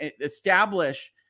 establish